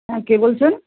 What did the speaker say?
হ্যাঁ কে বলছেন